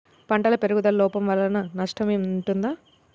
పంటల పెరుగుదల లోపం వలన నష్టము ఉంటుందా?